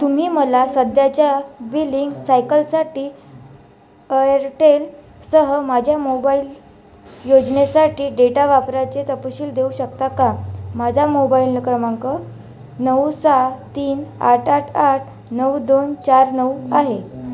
तुम्ही मला सध्याच्या बिलिंग सायकलसाठी अएअरटेलसह माझ्या मोबाईल योजनेसाठी डेटा वापराचे तपशील देऊ शकता का माझा मोबाईल क्रमांक नऊ सहा तीन आठ आठ आठ नऊ दोन चार नऊ आहे